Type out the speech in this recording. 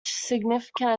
significant